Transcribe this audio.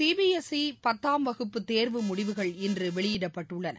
C B S E பத்தாம் வகுப்பு தேர்வு முடிவுகள் இன்று வெளியிடப்பட்டுள்ளன